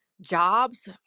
jobs